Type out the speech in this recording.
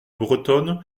bretonne